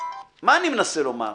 מה אני מנסה לומר?